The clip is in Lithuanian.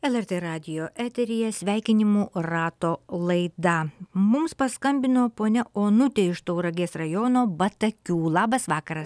lrt radijo eteryje sveikinimų rato laida mums paskambino ponia onutė iš tauragės rajono batakių labas vakaras